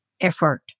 effort